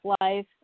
life